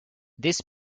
this